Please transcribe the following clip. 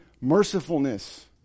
mercifulness